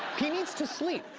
he needs to sleep.